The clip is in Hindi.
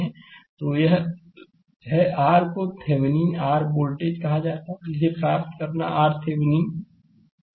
तो यह है कि R को Thevenin r वोल्टेज कहा जाता है जिसे प्राप्त करना और RThevenin सीखना है